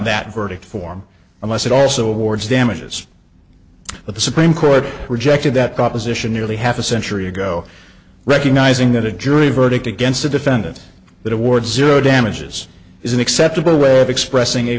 that verdict form unless it also awards damages but the supreme court rejected that proposition nearly half a century ago recognizing that a jury verdict against a defendant that awards zero damages is an acceptable way of expressing a